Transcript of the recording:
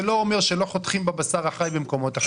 זה לא אומר שלא חותכים בבשר החי במקומות אחרים.